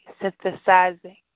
synthesizing